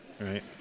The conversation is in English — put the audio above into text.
right